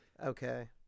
Okay